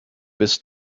bis